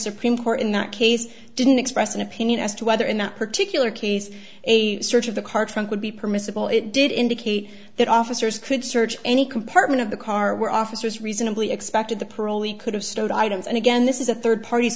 supreme court in that case didn't express an opinion as to whether in that particular case a search of the car trunk would be permissible it did indicate that officers could search any compartment of the car where officers reasonably expected the parolee could have stowed items and again this is a third part